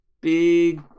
big